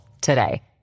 today